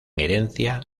herencia